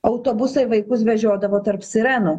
autobusai vaikus vežiodavo tarp sirenų